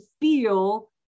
feel